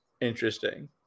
interesting